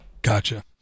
Gotcha